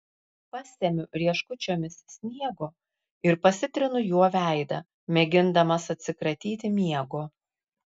pasemiu rieškučiomis sniego ir pasitrinu juo veidą mėgindamas atsikratyti miego